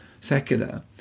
secular